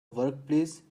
workplace